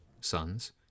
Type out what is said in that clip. sons